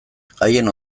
haien